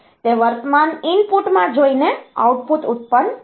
તે વર્તમાન ઇનપુટ માં જોઈને આઉટપુટ ઉત્પન્ન કરશે